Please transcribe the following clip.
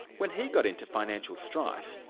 when he got into financial strife,